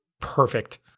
perfect